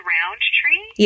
Roundtree